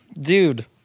Dude